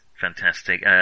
fantastic